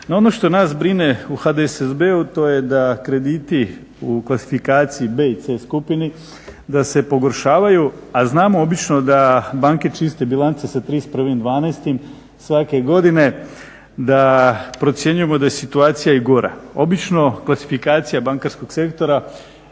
ono što nas brine u HDSSB-u to je da krediti u klasifikaciji B i C skupine da se pogoršavaju, a znamo obično da banke čiste bilance sa 31.12. svake godine, da procjenjujemo da je situacija i gora. Obično klasifikacija bankarskog sektora